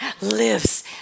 lives